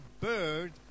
bird